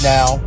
Now